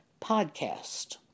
Podcast